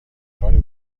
کاری